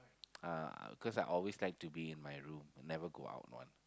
uh cause I always like to be in my room I never go out [one]